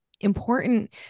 important